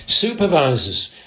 supervisors